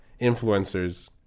influencers